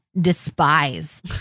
despise